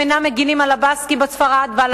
הם אינם מגינים על הבסקים בספרד ועל